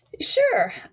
Sure